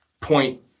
point